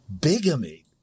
Bigamy